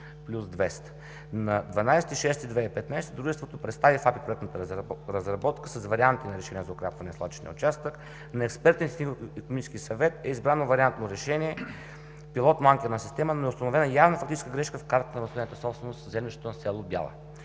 На 12 юни 2015 г. дружеството представи в АПИ проектната разработка „Вариантни решения“ за укрепване на свлачищния участък. На Експертния технико-икономически съвет е избрано вариантно решение – пилотно-анкерна система, но е установена явна фактическа грешка в Картата на възстановената собственост в землището на село Бяла.